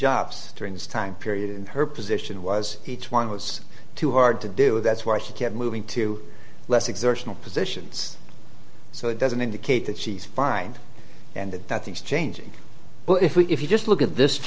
jobs during this time period in her position was each one was too hard to do with that's why she kept moving to less exertional positions so it doesn't indicate that she's fine and that things changing but if we if you just look at this